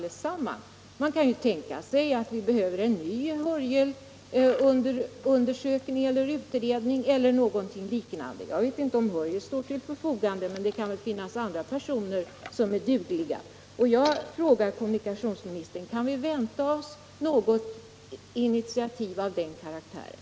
Det kan tänkas att vi behöver en ny Hörjelundersökning eller någonting liknande. Jag vet inte om herr Hörjel står till förfogande, men det kan ju finnas andra personer som är dugliga. Jag frågar kommunikationsministern: Kan vi vänta oss ett initiativ av den karaktären?